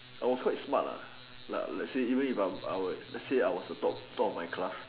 I was quite smart lah like let's say even if I I was let's say I was the top top of my class